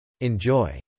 Enjoy